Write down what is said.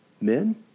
Men